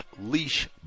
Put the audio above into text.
leash